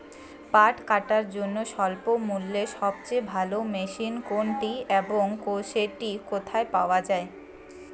পাট কাটার জন্য স্বল্পমূল্যে সবচেয়ে ভালো মেশিন কোনটি এবং সেটি কোথায় পাওয়া য়ায়?